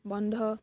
বন্ধ